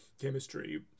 chemistry